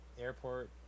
airport